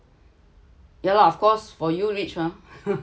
ya lah of course for you rich mah